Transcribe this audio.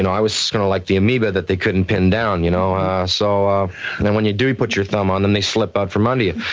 and i was kinda like the amoeba that they couldn't pin down. you know so um and and when you do put your thumb on them, they slip out from under you.